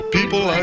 People